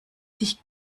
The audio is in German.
sich